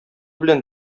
белән